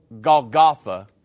Golgotha